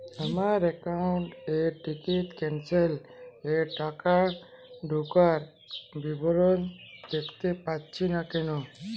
আমার একাউন্ট এ ticket cancellation এর টাকা ঢোকার বিবরণ দেখতে পাচ্ছি না কেন?